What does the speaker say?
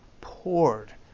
poured